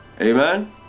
Amen